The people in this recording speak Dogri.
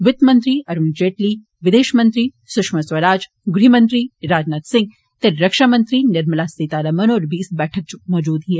वित्त मंत्री अरूण जेटली विदेश मंत्री सुषमा स्वराज गृहमंत्री राजनाथ सिंह ते रक्षामंत्री निर्मला सीतारमण होर बी इस बैठक इच मौजूद हे